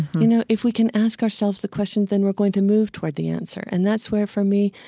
you know, if we can ask ourselves the question, then we're going to move toward the answer. and that's where, for me,